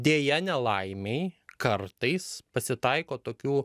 deja nelaimei kartais pasitaiko tokių